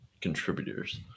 contributors